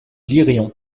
lirions